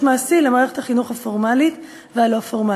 מעשי למערכת החינוך הפורמלית והלא-פורמלית.